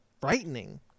frightening